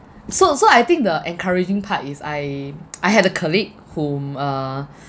so so I think the encouraging part is I I had a colleague whom uh